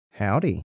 howdy